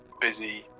busy